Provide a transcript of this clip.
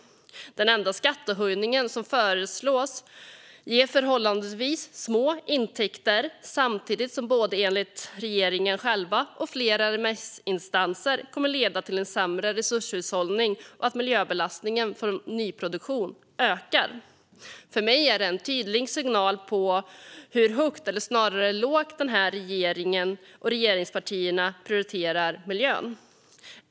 Den enda skattehöjning som föreslås ger förhållandevis små intäkter samtidigt som den enligt både regeringen själv och flera remissinstanser kommer att leda till sämre resurshushållning och att miljöbelastningen från nyproduktion ökar. För mig är det en tydlig signal om hur högt, eller snarare lågt, regeringen och regeringspartierna prioriterar miljön.